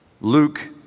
Luke